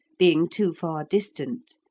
being too far distant,